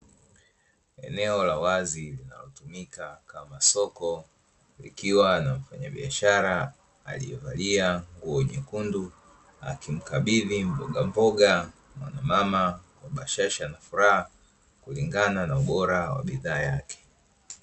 Eneo la wazi linalotumika kama soko, likiwa na mfanyabiashara aliyevalia nguo nyekundu. Akimkabidhi mbogamboga mwanamama kwa bashasha na furaha, kulingana na ubora wa bidhaa yake.